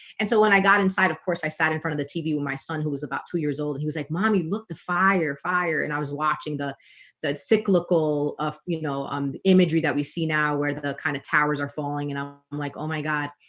and so when i got inside, of course i sat in front of the tv with my son who was about two years old he was like mommy look the fire fire and i was watching the cyclical of you know, um imagery that we see now where the kind of towers are falling and i'm i'm like oh my god,